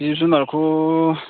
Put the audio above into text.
जिब जुनारखौ